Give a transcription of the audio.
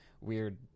weird